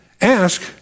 Ask